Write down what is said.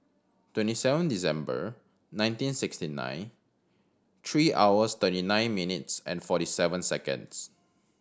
twenty seven December nineteen sixty nine three hours thirty nine minutes and forty seven seconds